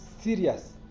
serious